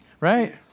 Right